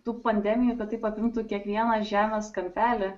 tų pandemija kad taip apimtų kiekvieną žemės kampelį